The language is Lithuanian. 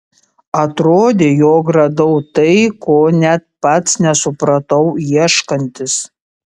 atrodė jog radau tai ko net pats nesupratau ieškantis